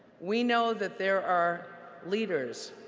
we know that there are leaders,